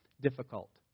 difficult